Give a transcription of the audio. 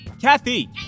Kathy